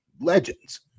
legends